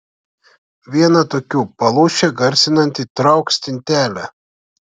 viena tokių palūšę garsinanti trauk stintelę